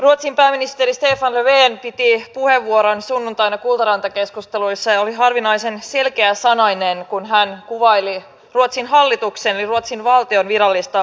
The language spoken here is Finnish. ruotsin pääministeri stefan löfven piti puheenvuoron sunnuntaina kultaranta keskusteluissa ja oli harvinaisen selkeäsanainen kun hän kuvaili ruotsin hallituksen eli ruotsin valtion virallista ulkopoliittista linjaa